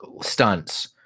stunts